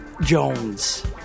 Jones